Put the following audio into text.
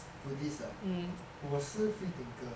buddhist ah 我是 free thinker